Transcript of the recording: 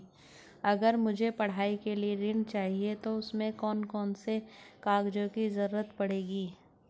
अगर मुझे पढ़ाई के लिए ऋण चाहिए तो उसमें कौन कौन से कागजों की जरूरत पड़ेगी?